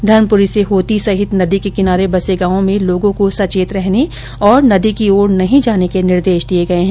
धर्मपुरी से होती सहित नदी के किनारे बसे गांवों में लोगों को सचेत रहने और नदी की ओर नहीं जाने के निर्देश दिये गये है